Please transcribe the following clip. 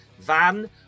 Van